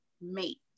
mate